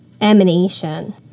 emanation